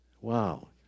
Wow